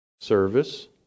service